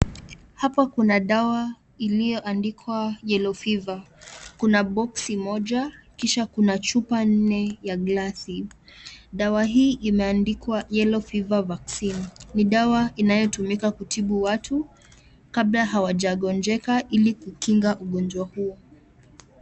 Hapa kuna dawa iliyoandikwa yellow fever ,kuna boksi moja kisha kuna chupa nne ya glasi, dawa hii imeandikwa yellow fever vaccine ,ni dawa inayotumika kutibu watu kabla hawaja gonjeka ili kukinga ugonjwa huo.